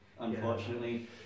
unfortunately